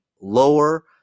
lower